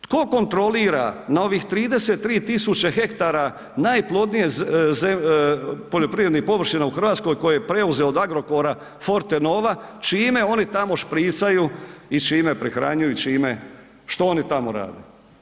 Tko kontrolira na ovih 33 tisuće hektara najplodnije poljoprivrednih površina u Hrvatskoj koje je preuzeo od Agrokora Fortenova, čime oni tamo špricaju i čime prihranjuju, čime, što oni tamo rade?